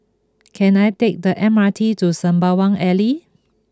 can I take the M R T to Sembawang Alley